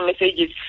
messages